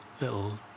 little